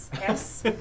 Yes